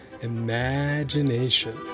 Imagination